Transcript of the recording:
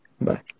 bye